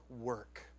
work